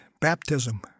baptism